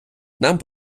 нам